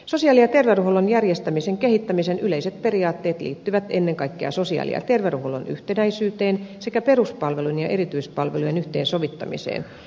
sosiaali ja terveydenhuollon järjestämisen kehittämisen yleiset periaatteet liittyvät ennen kaikkea sosiaali ja terveydenhuollon yhtenäisyyteen sekä peruspalveluiden ja erityispalveluiden yhteensovittamiseen